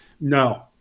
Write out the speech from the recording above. no